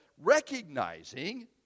recognizing